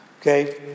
Okay